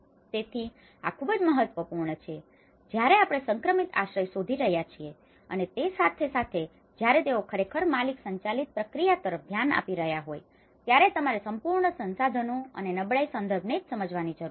તેથી આ ખૂબ જ મહત્વપૂર્ણ છે જ્યારે આપણે સંક્રમિત આશ્રય શોધી રહ્યા છીએ અને તે સાથે સાથે જ્યારે તેઓ ખરેખર માલિક સંચાલિત પ્રક્રિયા તરફ ધ્યાન આપી રહ્યા હોય ત્યારે તમારે સંપૂર્ણ સંસાધનો અને તેમના નબળાઈ સંદર્ભને જ સમજવાની જરૂર છે